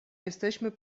jesteśmy